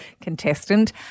contestant